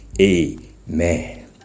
Amen